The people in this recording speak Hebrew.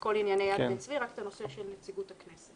כל ענייני יד בן-צבי אלא רק את הנושא של נציגות הכנסת.